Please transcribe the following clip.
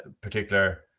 particular